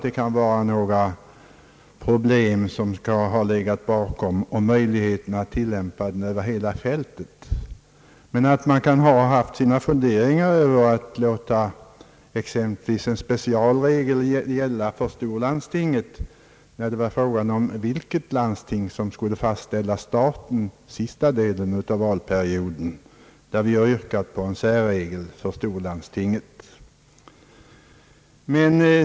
Däremot tror jag att man kan ha sina funderingar rörande en specialregel för storlandstinget i frågan om vilket landsting som skall fastställa staten för sista delen av valperioden.